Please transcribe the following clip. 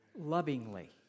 lovingly